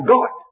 God